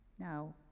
Now